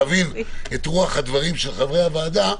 להבין את רוח הדברים של חברי הוועדה,